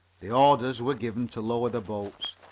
the orders were given to lower the boats.